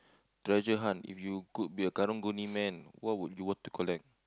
treasure hunt if you could be a karang-guni man what would you want to collect